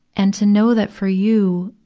and to know that, for you,